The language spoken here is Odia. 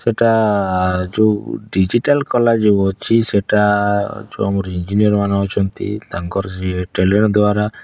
ସେଟା ଯେଉଁ ଡିଜିଟାଲ୍ କଲା ଯୋଉ ଅଛି ସେଟା ଯୋଉ ଆମର ଇଞ୍ଜିନିୟର୍ମାନେ ଅଛନ୍ତି ତାଙ୍କର ସେ ଟେଲେଣ୍ଟ୍ ଦ୍ଵାରା